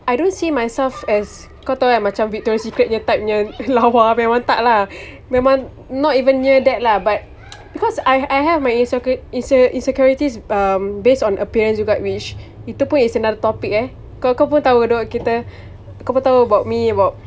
I don't see myself as kau tahu kan macam victoria's secret punya type punya ke lawa memang tak lah memang not even near that lah but because I I have my insec~ inse~ insecurities um based on appearance juga which itu pun is another topic eh kau kau pun tahu kita kau pun tahu about me about